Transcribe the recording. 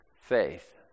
faith